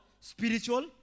Spiritual